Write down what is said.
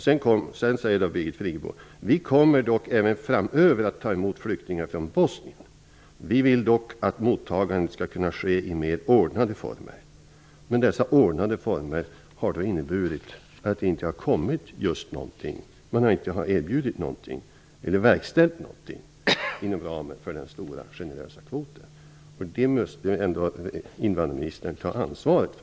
Sedan säger Birgit Friggebo: Vi kommer dock även framöver att ta emot flyktingar från Bosnien. Vi vill dock att mottagandet skall ske i mer ordnande former. Men dessa ordnade former har inneburit att det inte har kommit så många. Man har inte erbjudit eller verkställt något inom ramen för den stora generösa kvoten. Det måste ändå invandrarministern ta ansvaret för.